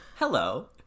Hello